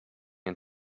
and